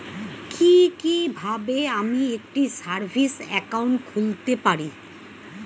কি কিভাবে আমি একটি সেভিংস একাউন্ট খুলতে পারি?